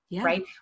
right